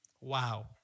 Wow